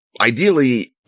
ideally